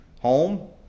home